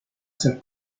ser